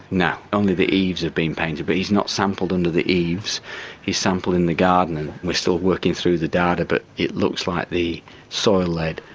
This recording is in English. no. only the eaves have been painted. but he's not sampled under the eaves he's sampled in the garden. and we're still working through the data, but it looks like the soil lead,